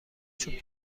چوب